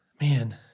Man